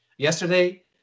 Yesterday